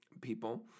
people